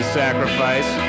sacrifice